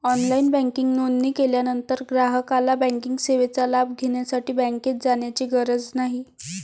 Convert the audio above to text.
online banking नोंदणी केल्यानंतर ग्राहकाला बँकिंग सेवेचा लाभ घेण्यासाठी बँकेत जाण्याची गरज नाही